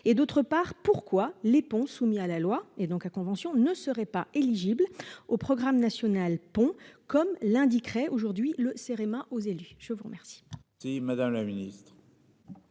et d'autre part pourquoi les ponts soumis à la loi et donc à convention ne seraient pas éligibles au programme national pont comme l'indiquerait aujourd'hui le CEREMA aux élus. Je vous remercie. Madame la ministre.